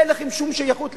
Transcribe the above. אין לכם שום שייכות לכאן.